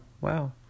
Wow